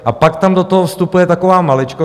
A pak tam do toho vstupuje taková maličkost.